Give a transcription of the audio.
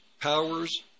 powers